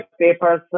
papers